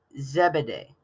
Zebedee